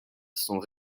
sont